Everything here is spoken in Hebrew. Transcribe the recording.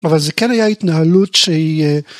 אבל זו כן הייתה התנהלות שהיא...